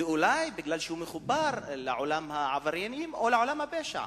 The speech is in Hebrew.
אולי כי הוא מחובר לעולם העבריינים או לעולם הפשע.